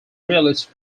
realist